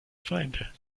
feinde